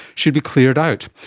should be cleared out.